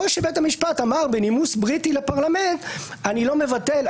או שבית המשפט אמר בנימוס בריטי לפרלמנט: אני לא מבטל,